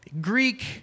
Greek